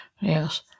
Yes